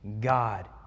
God